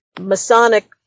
Masonic